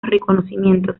reconocimiento